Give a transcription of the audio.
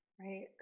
Right